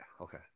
okay